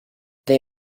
they